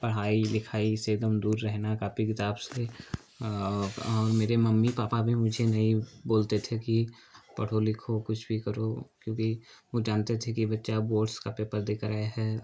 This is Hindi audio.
पढ़ाई लिखाई से एक दम दूर रहेना कापी किताब से मेरे मम्मी पापा भी मुझे नहीं बोलते थे कि पढ़ो लिखो कुछ भी करो क्योंकि वह जानते थे कि बच्चा बोर्ड्स का पेपर देकर आया है